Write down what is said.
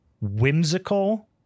whimsical